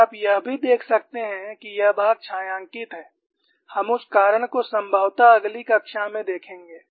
और आप यह भी देख सकते हैं कि यह भाग छायांकित है हम उस कारण को संभवतः अगली कक्षा में देखेंगे